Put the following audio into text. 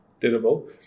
terrible